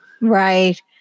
right